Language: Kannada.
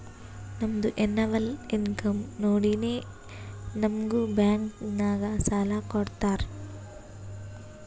ನಮ್ದು ಎನ್ನವಲ್ ಇನ್ಕಮ್ ನೋಡಿನೇ ನಮುಗ್ ಬ್ಯಾಂಕ್ ನಾಗ್ ಸಾಲ ಕೊಡ್ತಾರ